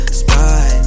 spot